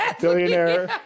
billionaire